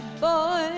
boy